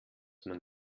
man